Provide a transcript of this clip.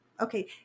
okay